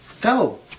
Go